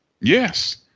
Yes